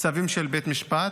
צווים של בית משפט,